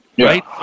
right